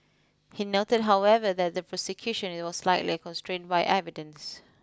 he noted however that the prosecution was likely constrained by evidence